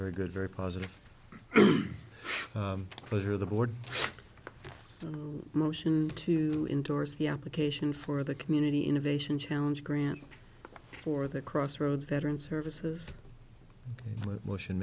very good very positive for the board the motion to interest the application for the community innovation challenge grant for the crossroads veteran services motion